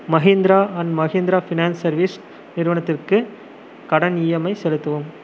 Mahindra and Mahindra finance services நிறுவனத்துக்கு கடன் EMI செலுத்தவும்